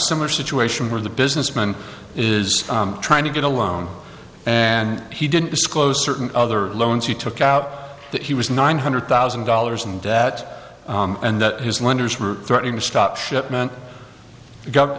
similar situation where the businessman is trying to get a loan and he didn't disclose certain other loans he took out that he was nine hundred thousand dollars in debt and that his lenders were threatening to stop shipment